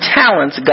talents